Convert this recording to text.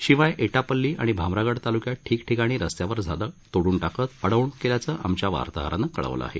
शिवाय एटापल्ली आणि भामरागड तालुक्यात ठिकठिकाणी रस्त्यावर झाडं तोड्रन टाकत अडवणूक केल्याचं आमच्या वार्ताहरानं कळवलं आहे